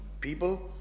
people